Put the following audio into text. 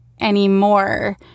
anymore